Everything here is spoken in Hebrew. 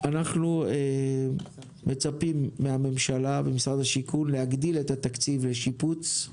אנחנו מצפים מהממשלה וממשרד השיכון להגדיל את התקציב לשיפוץ,